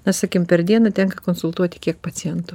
na sakykim per dieną tenka konsultuoti kiek pacientų